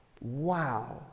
wow